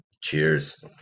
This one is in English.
Cheers